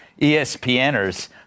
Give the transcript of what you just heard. ESPNers